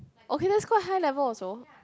okay that's called high level also